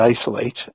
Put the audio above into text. isolate